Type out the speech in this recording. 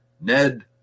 Ned